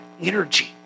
energy